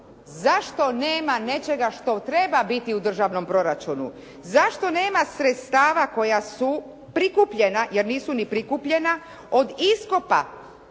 zašto nema nečega što treba biti u državnom proračunu? Zašto nema sredstava koja su prikupljena, jer nisu ni prikupljena od iskopa